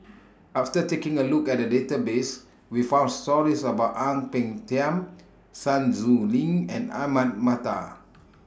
after taking A Look At The Database We found stories about Ang Peng Tiam Sun Xueling and Ahmad Mattar